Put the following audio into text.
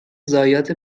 ضایعات